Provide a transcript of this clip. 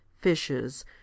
fishes